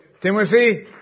Timothy